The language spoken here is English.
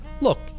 Look